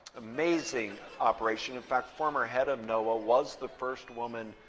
amazing operation. in fact, former head of noaa was the first woman,